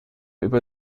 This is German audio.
über